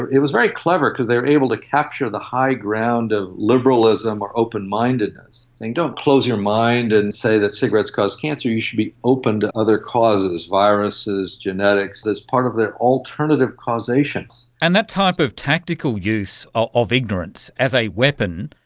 it was very clever because they were able to capture the high ground of liberalism or open-mindedness, saying don't close your mind and say that cigarettes cause cancer, you should be open to other causes viruses, genetics as part of alternative causations'. and that type of tactical use ah of ignorance as a weapon,